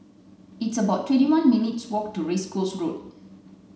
it's about twenty one minutes' walk to Race Course Road